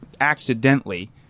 accidentally